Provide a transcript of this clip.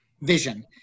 vision